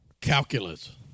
Calculus